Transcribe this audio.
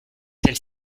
celle